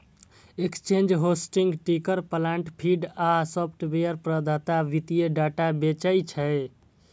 exchange, hosting, ticker plant feed आ software प्रदाता वित्तीय डाटा बेचै छै